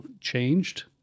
changed